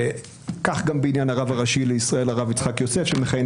כך גם בעניין הרב הראשי לישראל הרב יצחק יוסף שמכהן